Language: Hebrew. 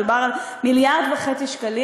מדובר על 1.5 מיליארד שקלים.